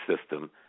system